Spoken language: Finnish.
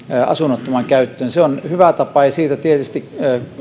asunnottoman käyttöön on hyvä tapa ja siitä tietysti